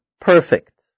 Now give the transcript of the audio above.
perfect